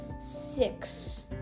six